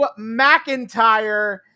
McIntyre